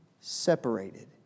separated